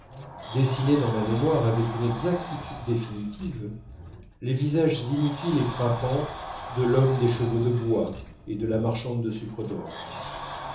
dessinés dans ma mémoire avec une exactitude définitive les visages inutiles et frappants de l'homme des chevaux de bois et de la marchande de sucre d'orge